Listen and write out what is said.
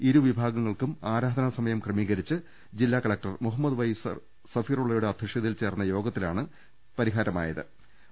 ഇരു വിഭാഗങ്ങൾക്കും ആരാധനാസമയം ക്രമീകരിച്ച് ജില്ലാ കല ക്ടർ മുഹമ്മദ് വൈ സഫീറുല്ലയുടെ അധ്യക്ഷതയിൽ ചേർന്ന യോഗത്തിലാണ് പരിഹാരം നിർദേശിച്ചത്